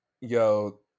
Yo